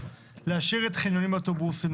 להשאיר את חניונים לאוטובוסים,